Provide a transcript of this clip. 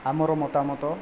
ଆମର ମତାମତ